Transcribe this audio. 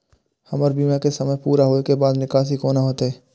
हमर बीमा के समय पुरा होय के बाद निकासी कोना हेतै?